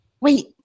Wait